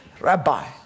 rabbi